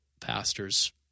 pastors